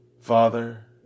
Father